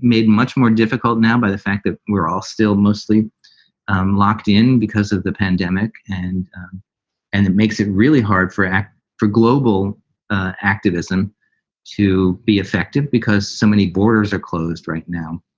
made much more difficult now by the fact that we're all still mostly um locked in because of the pandemic. and and it makes it really hard for for global activism to be effective because so many borders are closed right now.